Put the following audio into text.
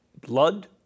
blood